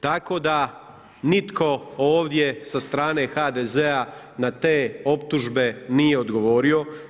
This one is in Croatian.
Tako da nitko ovdje sa strane HDZ-a na te optužbe nije odgovorio.